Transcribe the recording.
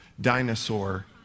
dinosaur